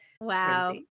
Wow